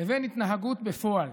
לבין התנהגותם בפועל".